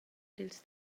dils